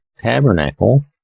tabernacle